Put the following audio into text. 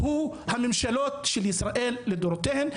הוא הממשלות של ישראל לדורותיהן,